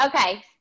Okay